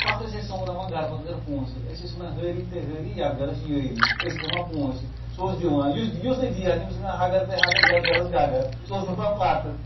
پتہٕ ٲسۍ أسۍ سَمراوان گَر پتہٕ گر پونٛسہٕ أسۍ ٲسۍ وَنان ہٲری تٕے ہٲری یَتھ گَرَس یٲری أسۍ ٲسۍ ہیٚوان پونٛسہٕ سُہ اوس دِوان یُس نہٕ دی ہا تٔمِس ٲسۍ وَنان ہَگَر تٕے ہَگر یَتھ گَرَس گَگَر سُہ اوس دوران پَتہٕ